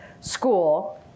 school